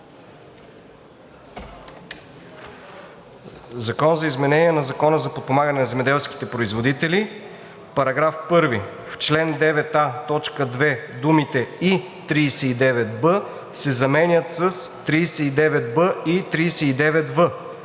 „ЗАКОН за изменение на Закона за подпомагане на земеделските производители § 1. В чл. 9а, т. 2 думите ,,и 39б“ се заменят с „39б и 39в“.